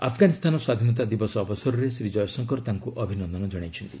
ଆଫଗାନିସ୍ତାନ ସ୍ୱାଧୀନତା ଦିବସ ଅବସରରେ ଶ୍ରୀ ଜୟଶଙ୍କର ତାଙ୍କୁ ଅଭିନନ୍ଦନ ଜଣାଇଛନ୍ତି